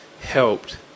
Helped